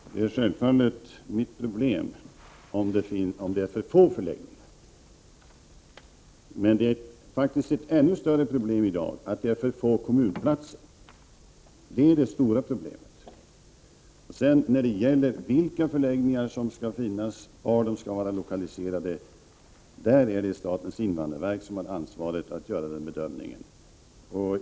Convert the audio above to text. Herr talman! Det är självfallet mitt problem om det finns för få förläggningar. Men ett problem som i dag är ännu större är att det finns för få kommunplatser. När det gäller vilka förläggningar som skall finnas och var de skall vara lokaliserade så är det statens invandrarverk som skall göra den bedömning Prot. 1988/89:21 en.